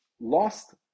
lost